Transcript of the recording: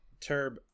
Turb